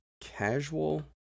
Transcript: casual